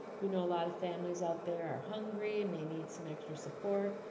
we know a lot of families out there are hungry and may need some extra support,